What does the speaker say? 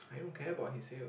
I don't care about his sale